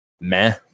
meh